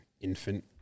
infant